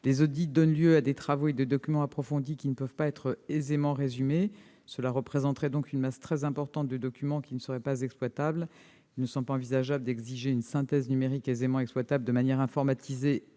énergétiques donnent lieu à des travaux et à des documents approfondis qui ne peuvent être aisément résumés. Cela représenterait donc une masse très importante de documents qui ne seraient pas exploitables. Il ne semble pas envisageable d'exiger une synthèse numérique aisément exploitable de manière informatisée